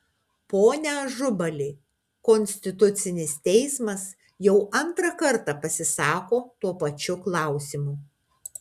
pone ažubali konstitucinis teismas jau antrą kartą pasisako tuo pačiu klausimu